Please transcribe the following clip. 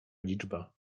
liczba